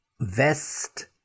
vest